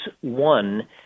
one